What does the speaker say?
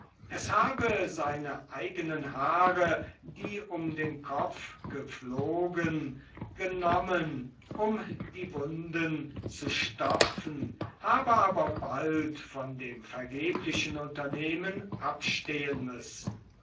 es habe seine eigenen haare die um den kopf geflogen genommen um die wunden zu stopfen habe aber bald von dem vergeblichen unternehmen abstehen müssen